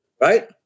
right